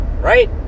Right